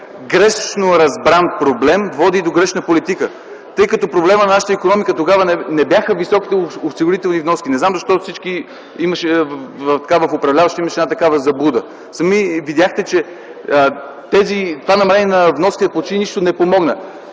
грешно разбран проблем води до грешна политика. Тъй като проблемът на нашата икономика тогава не бяха високите осигурителни вноски – не знам защо в управляващите имаше една такава заблуда, сами видяхте, че това намаление на вноските почти нищо не помогна.